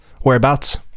Whereabouts